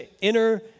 inner